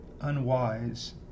unwise